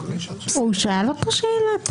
הוא שאל אותו שאלה.